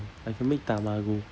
I can make tamago